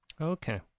okay